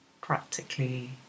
practically